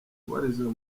ubarizwa